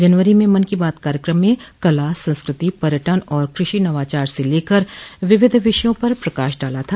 जनवरी म मन की बात कार्यक्रम में कला संस्कृति पर्यटन और कृषि नवाचार से लेकर विविध विषयों पर प्रकाश डाला था